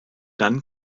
dann